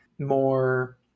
more